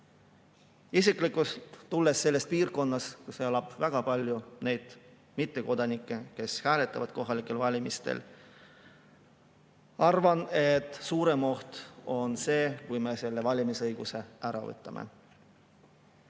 isiklikult sellest piirkonnast, kus elab väga palju neid mittekodanikke, kes hääletavad kohalikel valimistel, arvan, et suurem oht on see, kui me selle valimisõiguse ära võtame.